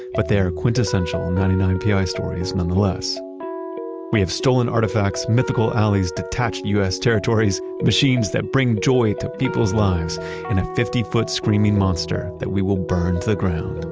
but they are quintessential ninety nine pi stories nonetheless we have stolen artifacts, mythical alleys, detached u s. territories machines that bring joy to people's lives and a fifty foot, screaming monster that we will burn to ground.